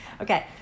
Okay